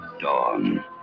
Dawn